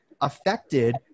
affected